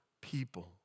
people